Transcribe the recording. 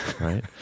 right